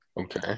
Okay